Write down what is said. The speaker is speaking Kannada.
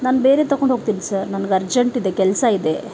ನಾನು ಬೇರೆ ತಕೊಂಡು ಹೋಗ್ತೀನಿ ಸರ್ ನನಗೆ ಅರ್ಜೆಂಟ್ ಇದೆ ಕೆಲಸ ಇದೆ